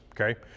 okay